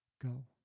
Go